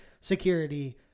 security